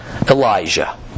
Elijah